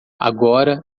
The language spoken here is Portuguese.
agora